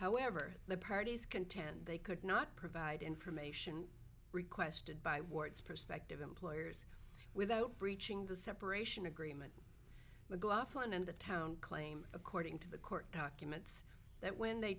however the parties contend they could not provide information requested by wards prospective employers without breaching the separation agreement mclaughlin and the town claim according to the court documents that when they